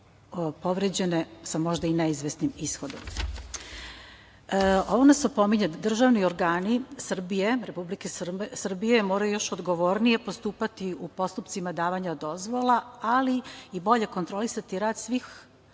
povređene sa možda i neizvesnim ishodom. Ovo nas opominje da državni organi Republike Srbije moraju još odgovornije postupati u postupcima davanja dozvola, ali i bolje kontrolisati rad raznih